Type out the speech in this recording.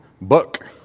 book